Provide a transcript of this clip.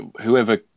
whoever